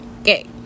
Okay